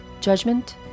judgment